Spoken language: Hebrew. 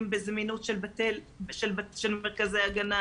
אם בזמינות של מרכזי ההגנה